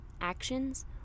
Actions